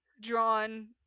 drawn